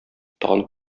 тагын